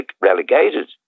relegated